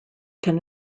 can